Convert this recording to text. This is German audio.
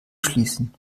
schließen